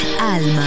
Alma